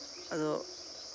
ᱟᱫᱚ